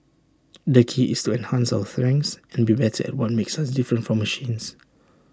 the key is to enhance our strengths and be better at what makes us different from machines